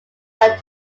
like